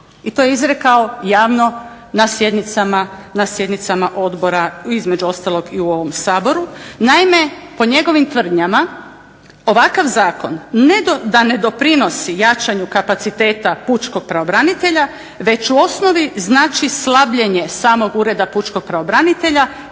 i to je izrekao javno na sjednicama odbora između ostalog i u ovom Saboru. Naime, po njegovim tvrdnjama ovakav zakon ne da ne doprinosi jačanju kapaciteta pučkog pravobranitelja već u osnovi znači slabljenje samog Ureda pučkog pravobranitelja